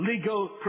legal